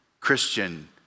Christian